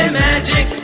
magic